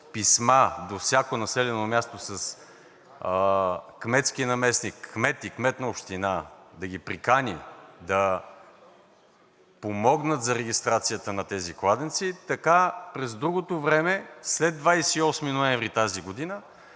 до всяко населено място с кметски наместник и кмет на община да ги прикани да помогнат за регистрацията на тези кладенци, така през другото време, след 28 ноември тази година